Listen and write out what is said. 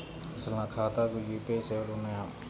అసలు నా ఖాతాకు యూ.పీ.ఐ సేవలు ఉన్నాయా?